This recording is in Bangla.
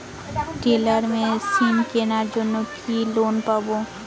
টেলার মেশিন কেনার জন্য কি লোন পাব?